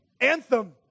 anthem